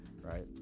right